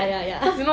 ya ya ya